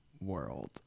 world